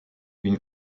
une